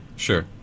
Sure